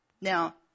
Now